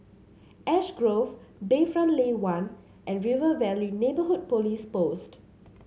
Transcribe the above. Ash Grove Bayfront Lane One and River Valley Neighbourhood Police Post